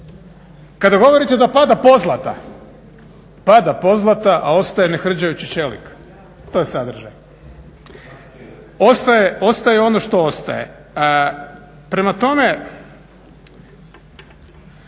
Kada govorite da pada pozlata, pada pozlata a ostaje nehrđajući čelik. To je sadržaj. Ostaje ono što ostaje. Prema tome